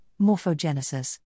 morphogenesis